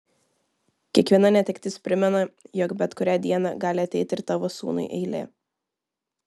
kiekviena netektis primena jog bet kurią dieną gali ateiti ir tavo sūnui eilė